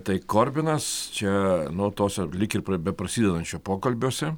tai korbinas čia nu tuose lyg ir pri beprasidedančia pokalbiuose